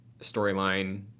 storyline